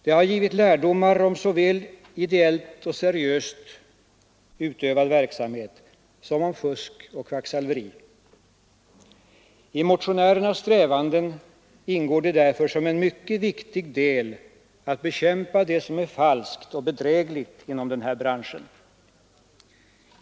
Det har givit lärdomar om såväl ideellt och seriöst utövad verksamhet som om fusk och kvacksalveri. I motionärernas strävanden ingår det därför som en mycket viktig del att bekämpa det som är falskt och bedrägligt inom den här branschen.